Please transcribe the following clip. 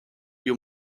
you